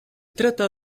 trata